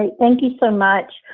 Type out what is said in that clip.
um thank you so much.